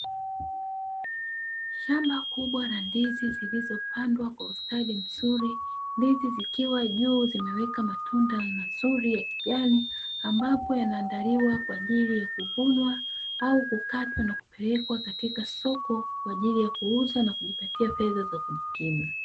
Shamba kubwa la ndizi zilizopandwa kwa ustadi mzuri; ndizi zikiwa juu zimeweka matunda mazuri ya kijani, ambapo yanaandaliwa kwa ajili ya kuvunwa au kukatwa na kupelekwa katika soko kwa ajili ya kuuza na kujipatia fedha za kujikimu.